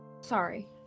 sorry